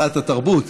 התרבות,